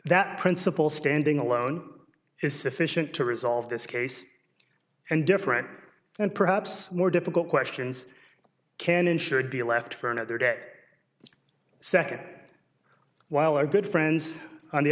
that principle standing alone is sufficient to resolve this case and different and perhaps more difficult questions can and should be left for another day second while our good friends on the